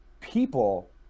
people